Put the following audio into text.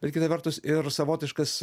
bet kita vertus ir savotiškas